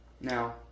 Now